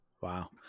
Wow